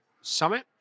Summit